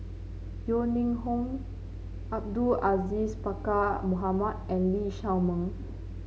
Yeo Ning Hong Abdul Aziz Pakkeer Mohamed and Lee Shao Meng